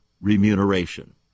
remuneration